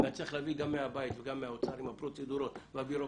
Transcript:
ואני צריך להביא גם מהבית וגם מהאוצר עם הפרוצדורות והבירוקרטיות,